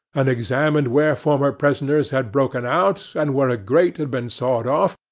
and examined where former prisoners had broken out, and where a grate had been sawed off,